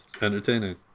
entertaining